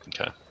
okay